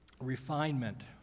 refinement